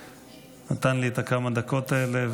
שנתן לי את כמה הדקות האלה.